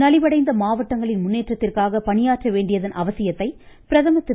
நலிவடைந்த மாவட்டங்களின் முன்னேற்றத்திற்காக பணியாற்ற வேண்டியதன் அவசியத்தை பிரதமர் திரு